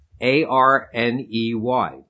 A-R-N-E-Y